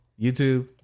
YouTube